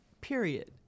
Period